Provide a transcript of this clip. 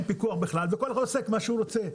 פיקוח בכלל וכל אחד עושה את מה שהוא רוצה,